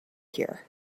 here